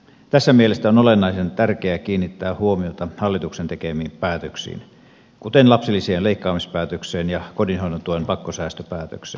tässä mielestäni on olennaisen tärkeää kiinnittää huomiota hallituksen tekemiin päätöksiin kuten lapsilisien leikkaamispäätökseen ja kotihoidon tuen pakkosäästöpäätökseen